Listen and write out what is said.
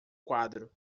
quadro